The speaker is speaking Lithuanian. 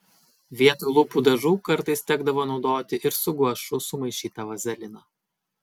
vietoj lūpų dažų kartais tekdavo naudoti ir su guašu sumaišytą vazeliną